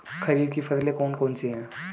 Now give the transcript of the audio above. खरीफ की फसलें कौन कौन सी हैं?